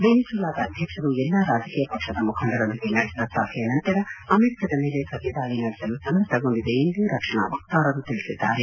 ವೆನಿಜೂಲಾದ ಅಧ್ವಕ್ಷರು ಎಲ್ಲಾ ರಾಜಕೀಯ ಪಕ್ಷದ ಮುಖಂಡರೊಂದಿಗೆ ನಡೆಸಿದ ಸಭೆಯ ನಂತರ ಅಮೆರಿಕದ ಮೇಲೆ ಪ್ರತಿದಾಳಿ ನಡೆಸಲು ಸನ್ನದ್ಧಗೊಂಡಿದೆ ಎಂದು ರಕ್ಷಣಾ ವಕ್ತಾರರು ತಿಳಿಸಿದ್ದಾರೆ